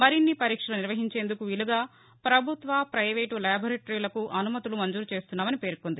మరిన్ని పరీక్షలు నిర్వహించేందుకు వీలుగా ప్రభుత్వ ప్రైవేటు ల్యాటొరేటరీలకు అసుమతులు మంజూరు చేస్తున్నామని పేర్కొంది